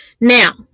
Now